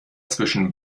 zwischen